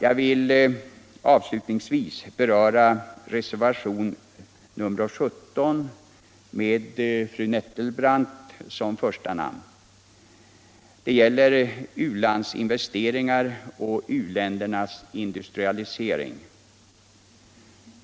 Jag vill avslutningsvis beröra reservationen 17 med fru Nettelbrandt som första namn. Det gäller u-landsinvesteringar och uländernas industrialisering.